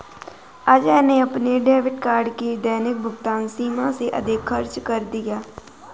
अजय ने अपने debit card की दैनिक भुगतान सीमा से अधिक खर्च कर दिया